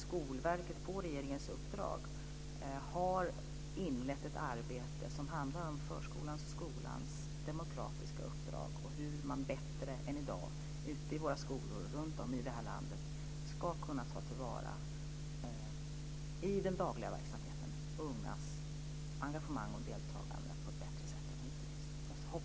Skolverket har på regeringens uppdrag inlett ett arbete som handlar om förskolans och skolans demokratiska uppdrag och om hur man bättre än i dag ute i våra skolor runt om i det här landet ska kunna ta till vara ungas engagemang och deltagande i den dagliga verksamheten. Jag hoppas mycket på det arbetet.